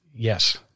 Yes